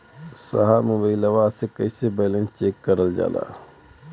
साहब मोबइलवा से कईसे बैलेंस चेक करल जाला?